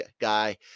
guy